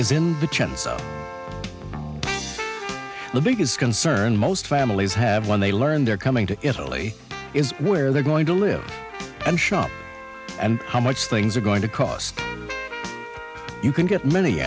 in the chance of the biggest concern most families have when they learn they're coming to italy is where they're going to live and shop and how much things are going to cost you can get many